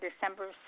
December